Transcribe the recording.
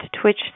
Twitch